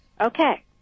Okay